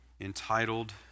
entitled